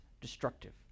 destructive